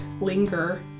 linger